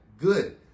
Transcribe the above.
good